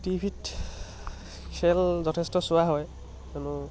TV ত খেল যথেষ্ট চোৱা হয় কিয়নো